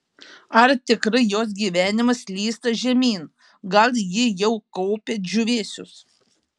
ar tikrai jos gyvenimas slysta žemyn gal ji jau kaupia džiūvėsius